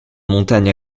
montagne